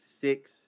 six